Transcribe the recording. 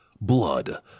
Blood